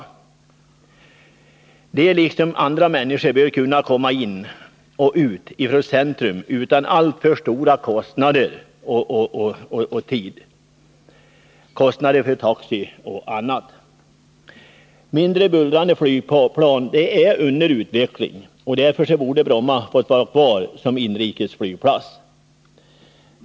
Flygresenärerna bör liksom andra människor kunna komma in och ut från centrum utan alltför stora kostnader för taxiresor etc. och utan alltför stor tidsspillan. Mindre bullrande flygplan är under utveckling. Därför borde Bromma vara kvar som inrikesflygplats.